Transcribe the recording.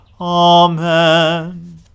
Amen